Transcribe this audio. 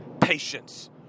Patience